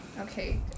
Okay